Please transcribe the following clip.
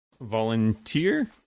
volunteer